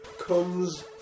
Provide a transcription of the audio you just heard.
comes